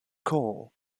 call